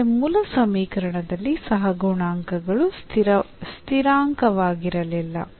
ಆದರೆ ಮೂಲ ಸಮೀಕರಣದಲ್ಲಿ ಸಹಗುಣಾಂಕಗಳು ಸ್ಥಿರಾಂಕವಾಗಿರಲಿಲ್ಲ